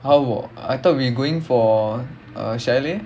how wa~ I thought we going for a chalet